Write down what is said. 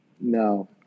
No